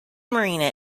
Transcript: marina